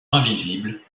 invisibles